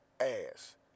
ass